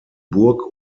burg